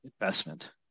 investment